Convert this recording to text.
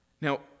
Now